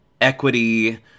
equity